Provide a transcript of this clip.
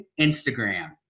Instagram